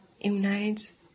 unites